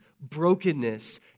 brokenness